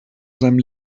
seinem